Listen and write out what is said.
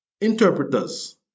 interpreters